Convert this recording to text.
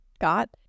got